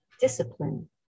discipline